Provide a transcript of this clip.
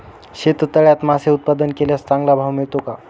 शेततळ्यात मासे उत्पादन केल्यास चांगला भाव मिळतो का?